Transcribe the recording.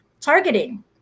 targeting